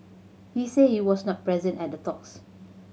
he said he was not present at the talks